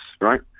right